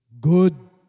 good